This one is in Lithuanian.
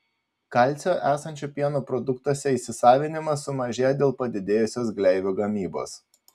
kalcio esančio pieno produktuose įsisavinimas sumažėja dėl padidėjusios gleivių gamybos